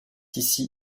ici